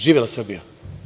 Živela Srbija.